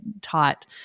taught